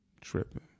Tripping